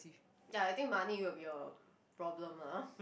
ya I think money will be a problem ah